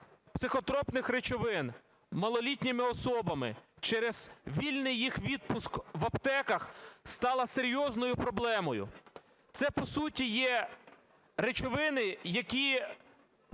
психотропних речовин малолітніми особами через вільний їх відпуск в аптеках стало серйозною проблемою. Це, по суті, є речовини, які